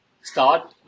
start